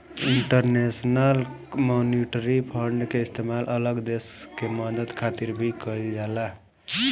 international Monetary Fund के इस्तेमाल अलग देश के मदद खातिर भी कइल जाला